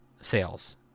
sales